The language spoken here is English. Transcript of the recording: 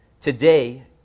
Today